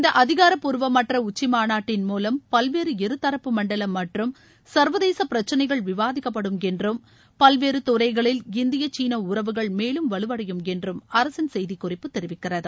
இந்த அதிகாரப்பூர்வமற்ற உச்சிமாநாட்டின் மூவம் பல்வேறு இருதரப்பு மண்டல மற்றும் சர்வதேச பிரச்சினைகள் விவாதிக்கப்படும் என்றும் பல்வேறு துறைகளில் இந்திய வலுவடையும் என்றும் அரசின் செய்திக் குறிப்பு தெரிவிக்கிறது